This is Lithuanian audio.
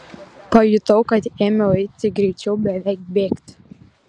pajutau kad ėmiau eiti greičiau beveik bėgti